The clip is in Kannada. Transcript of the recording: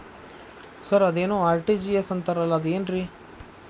ಸರ್ ಅದೇನು ಆರ್.ಟಿ.ಜಿ.ಎಸ್ ಅಂತಾರಲಾ ಅದು ಏನ್ರಿ?